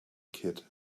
kid